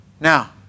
Now